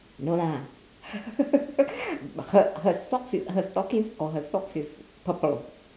no lah her her socks is her stockings or her socks is purple